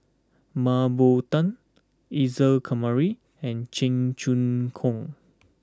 Mah Bow Tan Isa Kamari and Cheong Choong Kong